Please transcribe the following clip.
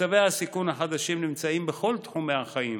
מצבי הסיכון החדשים נמצאים בכל תחומי החיים,